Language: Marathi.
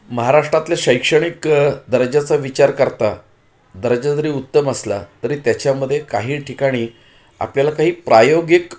महाराष्ट्रातल्या शैक्षणिक दर्जाचा विचार करता दर्जा जरी उत्तम असला तरी त्याच्यामध्ये काही ठिकाणी आपल्याला काही प्रायोगिक